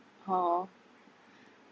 hor